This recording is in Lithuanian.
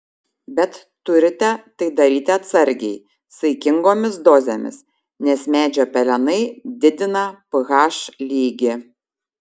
bet turite tai daryti atsargiai saikingomis dozėmis nes medžio pelenai didina ph lygį